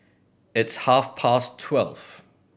its half past twelve